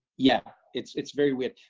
yeah, it's it's very weird,